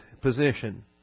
position